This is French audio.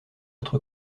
être